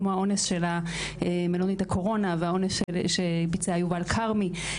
כמו האונס במלונית הקורונה והאונס שביצע יובל כרמי,